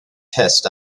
tests